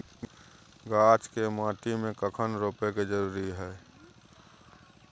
गाछ के माटी में कखन रोपय के जरुरी हय?